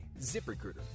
ZipRecruiter